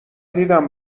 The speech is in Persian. دیدم